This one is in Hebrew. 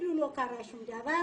כאילו לא קרה שום דבר.